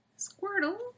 Squirtle